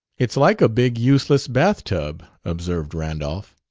it's like a big, useless bathtub, observed randolph.